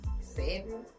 seven